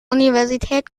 universität